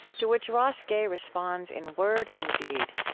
to which ross gay responds in word and deed,